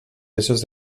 eixos